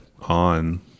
on